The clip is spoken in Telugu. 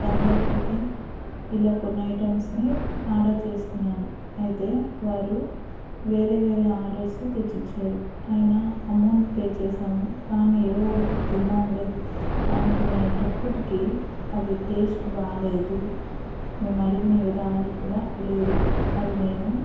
పంజాబ్ చికెన్ ఇలా కొన్ని ఐటమ్స్నీ ఆర్డర్ చేసుకున్నాను అయితే వారు వేరే వేరే ఆర్డర్స్ తెచ్చి ఇచ్చారు అయినా అమౌంట్ పే చేసాము కానీ ఏవో ఒకటి తిందాములే అనుకునేటప్పటికీ అవి టేస్ట్ బాగోలేదు మేము అడిగిన విధాలు కూడా లేదు అవి నేను